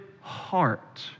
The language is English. heart